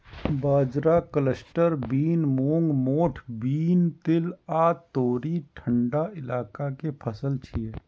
बाजरा, cluster bean, मूंग, मोठ बीन, तिल आ तोरी ठंढा इलाका के फसल छियै